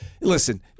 Listen